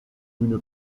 une